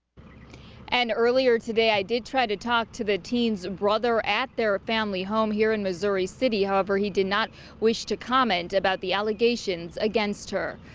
and earlier today, i did try to talk to the teen's brother at their family home here in missouri city. however, he did not wish to comment about the allegations against her.